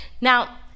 Now